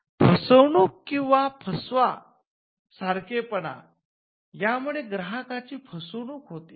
फसवणूक किंवा फसवा सारखेपणा यामुळे ग्राहकांची फसवणूक होते